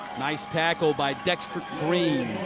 nice tackle by dexter green.